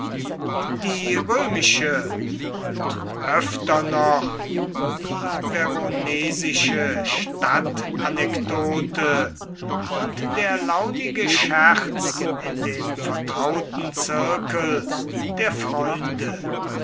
die römische und öfter noch die veronesische stadtanekdote und der launige scherz in dem vertrauten zirkel der freunde